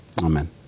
Amen